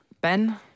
Ben